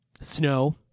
snow